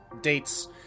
dates